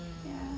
ya